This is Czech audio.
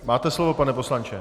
Máte slovo, pane poslanče.